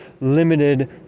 limited